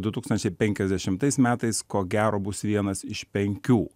du tūkstančiai penkiasdešimtais metais ko gero bus vienas iš penkių